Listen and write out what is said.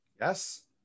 Yes